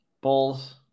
Bulls